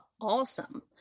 awesome